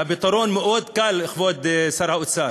והפתרון מאוד קל, כבוד שר האוצר: